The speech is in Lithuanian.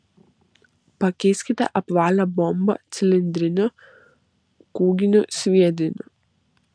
pakeiskite apvalią bombą cilindriniu kūginiu sviediniu